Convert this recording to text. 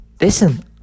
listen